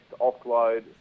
offload